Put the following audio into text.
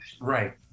right